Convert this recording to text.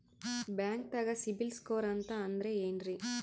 ಬ್ಯಾಂಕ್ದಾಗ ಸಿಬಿಲ್ ಸ್ಕೋರ್ ಅಂತ ಅಂದ್ರೆ ಏನ್ರೀ?